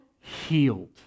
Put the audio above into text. healed